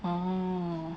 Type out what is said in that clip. orh